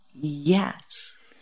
yes